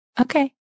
Okay